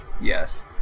Yes